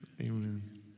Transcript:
Amen